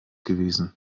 gewesen